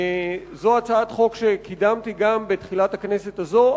זו הצעת חוק שקידמתי גם בתחילת הכנסת הזאת.